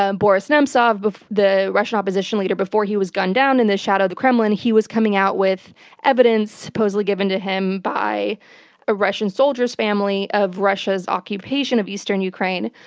ah boris nemtsov but the russian opposition leader before he was gunned down in the shadow of the kremlin, he was coming out with evidence supposedly given to him by a russian soldier's family of russia's occupation of eastern ukraine.